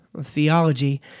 theology